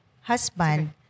husband